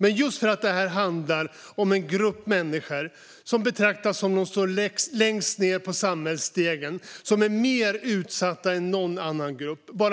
Men just för att dödligheten drabbar en grupp människor som betraktas som stående längst ned på samhällsstegen och är mer utsatt än någon annan grupp är